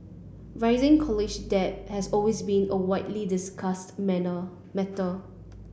rising college debt has always been a widely discussed matter